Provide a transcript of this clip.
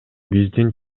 биздин